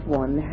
one